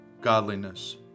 godliness